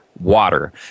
water